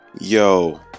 Yo